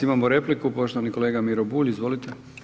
Imamo repliku, poštovani kolega Miro Bulj, izvolite.